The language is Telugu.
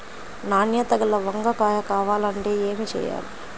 నాణ్యత గల వంగ కాయ కావాలంటే ఏమి చెయ్యాలి?